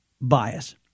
bias